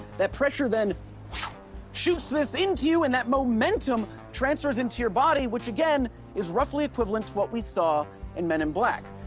that pressure then shoots this into you, and that momentum transfers into your body, which again is roughly equivalent to what we saw in men in black.